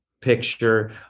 picture